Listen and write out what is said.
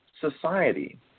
society